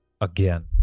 again